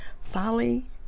Folly